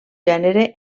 gènere